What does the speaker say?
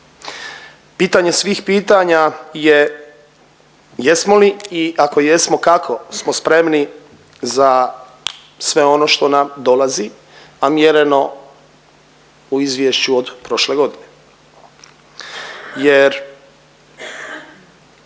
Pitanje svih pitanja je jesmo li i ako jesmo, kako smo spremni za sve ono što nam dolazi, a mjereno u izvješću od prošle godine jer